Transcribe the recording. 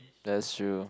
that's true